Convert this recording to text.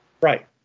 Right